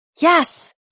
Yes